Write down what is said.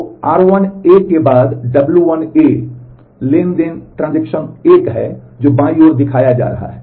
तो r1 transaction 1 है जो बाईं ओर दिखाया जा रहा है